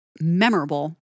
memorable